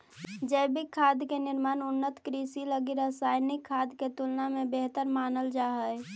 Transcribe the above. जैविक खाद के निर्माण उन्नत कृषि लगी रासायनिक खाद के तुलना में बेहतर मानल जा हइ